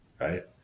right